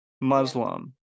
Muslim